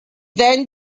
then